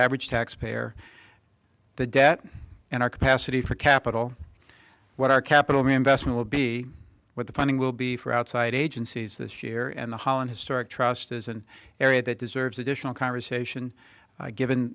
average taxpayer the debt and our capacity for capital what our capital investment will be what the funding will be for outside agencies this year and the holland historic trust is an area that deserves additional conversation given